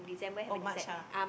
oh March ah